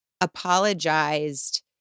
apologized